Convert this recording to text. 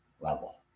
level